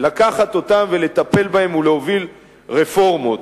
לקחת אותם ולטפל בהם ולהוביל רפורמות,